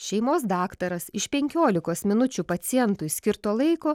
šeimos daktaras iš penkiolikos minučių pacientui skirto laiko